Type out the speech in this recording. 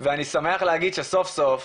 ואני שמח להגיד שסוף סוף,